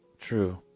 True